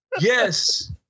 Yes